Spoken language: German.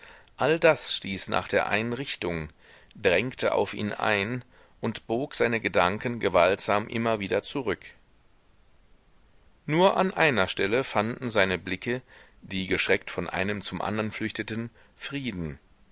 all das stieß nach der einen richtung drängte auf ihn ein und bog seine gedanken gewaltsam immer wieder zurück nur an einer stelle fanden seine blicke die geschreckt von einem zum andern flüchteten frieden